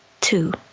two